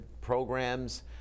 programs